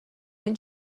یعنی